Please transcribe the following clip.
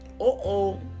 Uh-oh